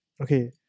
okay